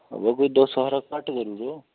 हां वा कोई दो सौ हारा घट्ट करी ओड़ो